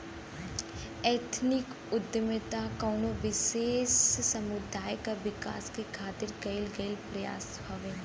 ethnic उद्दमिता कउनो विशेष समुदाय क विकास क खातिर कइल गइल प्रयास हउवे